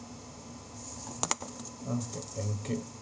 okay thank you